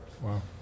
Wow